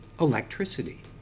electricity